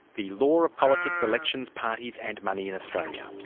the law of politics elections, parties and money in australia